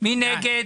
מי נגד?